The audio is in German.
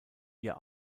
ihr